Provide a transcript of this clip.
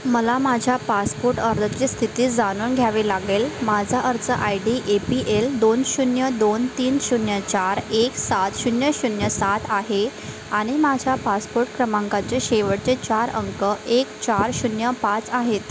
मला माझ्या पासपोर्ट अर्जाची स्थिती जाणून घ्यावी लागेल माझा अर्ज I D A P L दोन शून्य दोन तीन शून्य चार एक सात शून्य शून्य सात आहे आणि माझ्या पासपोर्ट क्रमांकाचे शेवटचे चार अंक एक चार शून्य पाच आहेत